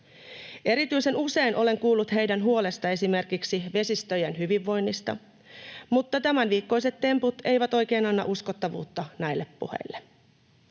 Erityisen usein olen kuullut heidän huolestaan esimerkiksi vesistöjen hyvinvoinnista, mutta tämänviikkoiset temput eivät oikein anna uskottavuutta näille puheille.